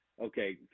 okay